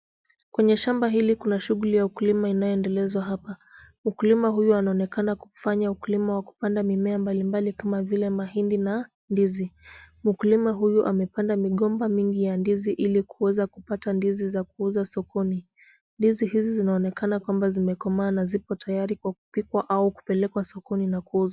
Kwenye shamba hili kuna shughuli ya ukulima inayoendelezwa hapa, mkulima huyu anaonekana kufanya ukulima wa kupanda mimea mbalimbali kama vile mahindi na ndizi. Mkulima huyu amepanda migomba mingi ya ndizi ili kuweza kupata ndizi za kuuza sokoni, ndizi hizi zinaonekana kwamba zimekomaa na ziko tayari kwa kupikwa au kupelekwa sokoni na kuuzwa.